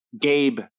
Gabe